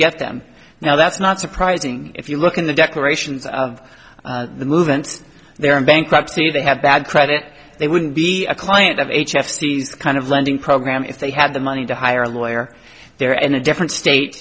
get them now that's not surprising if you look at the declarations of the movement they are in bankruptcy they have bad credit they wouldn't be a client of h f c's kind of lending program if they had the money to hire a lawyer there and a different state